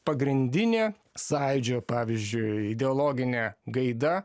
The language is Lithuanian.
pagrindinė sąjūdžio pavyzdžiui ideologinė gaida